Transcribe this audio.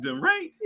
right